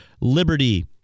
Liberty